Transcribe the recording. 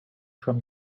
from